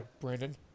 Brandon